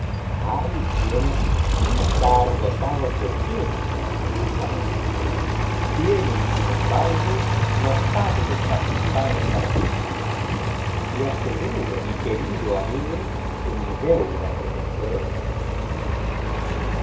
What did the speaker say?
luz hay quienes sin estar dotados de genio precisamente tienen sin embargo notables faoultadea para estimularlo le aseguro mi querido amigo que mi deuda con usted es muy grande